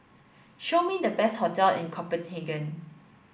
show me the best hotel in Copenhagen